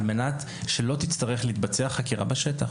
כדי שלא תצטרך להתבצע חקירה בשטח.